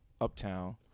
uptown